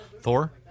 Thor